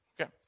Okay